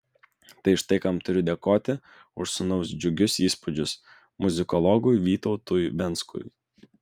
tai štai kam turiu dėkoti už sūnaus džiugius įspūdžius muzikologui vytautui venckui